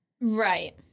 Right